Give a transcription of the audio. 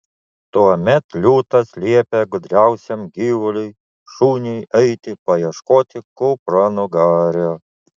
tuomet liūtas liepė gudriausiam gyvuliui šuniui eiti paieškoti kupranugario